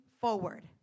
forward